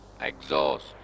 exhaust